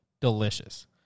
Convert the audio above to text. delicious